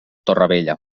torrevella